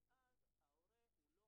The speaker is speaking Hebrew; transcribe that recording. אני מתכבד לפתוח את הישיבה על נושא